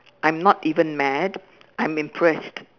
I'm not even mad I'm impressed